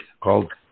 called